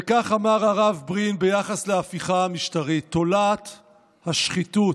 וכך אמר הרב ברין ביחס להפיכה המשטרית: תולעת השחיתות,